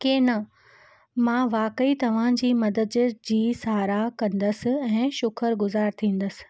कंहि न मां वाकई तव्हांजी मदद जी सराह कंदसि ऐं शुकर गुजार थींदसि